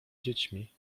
dziećmi